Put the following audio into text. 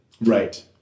Right